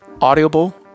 Audible